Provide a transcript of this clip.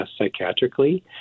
psychiatrically